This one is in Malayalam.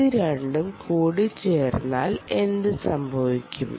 ഇത് രണ്ടും കൂടിച്ചേർന്നാൽ എന്ത് സംഭവിക്കും